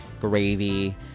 gravy